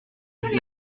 idée